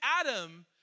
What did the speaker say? Adam